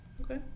Okay